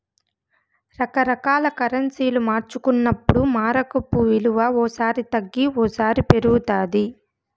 రకరకాల కరెన్సీలు మార్చుకున్నప్పుడు మారకపు విలువ ఓ సారి తగ్గి ఓసారి పెరుగుతాది